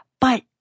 but-